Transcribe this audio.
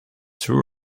too